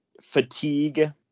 fatigue